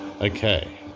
Okay